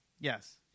Yes